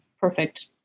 perfect